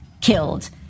killed